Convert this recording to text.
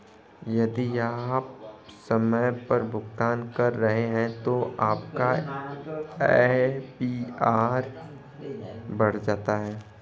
यदि आप समय पर भुगतान कर रहे हैं तो आपका ए.पी.आर क्यों बढ़ जाता है?